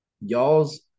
y'all's